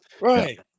Right